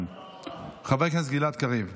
חבר הכנסת גלעד קריב.